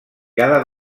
cada